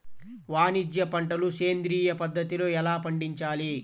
వాణిజ్య పంటలు సేంద్రియ పద్ధతిలో ఎలా పండించాలి?